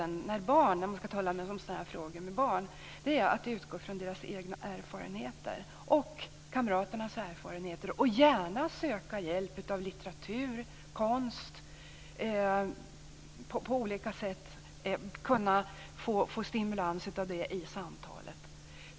När man ska tala om sådana här frågor med barn tror jag att det bästa är att utgå från deras egna och kamraternas erfarenheter, och man kan gärna söka hjälp och stimulans av litteratur och konst i det samtalet.